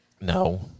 No